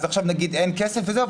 אז עכשיו נגיד שאין כסף וזהו,